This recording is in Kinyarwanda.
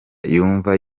yumva